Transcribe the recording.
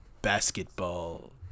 Basketball